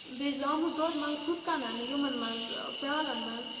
بیٚیہِ زامہٕ دۄد مگر ہُتھ کٔنٮ۪ن یِمَن منٛز پیٛالَن منٛز